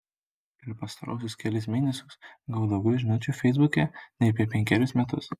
per pastaruosius kelis mėnesius gavau daugiau žinučių feisbuke nei per penkerius metus